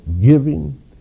giving